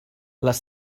les